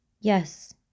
Yes